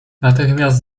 natychmiast